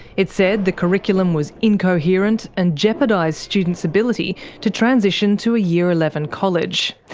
it said the curriculum was incoherent and jeopardised students' ability to transition to a year eleven college.